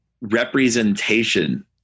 representation